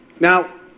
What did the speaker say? Now